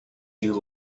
you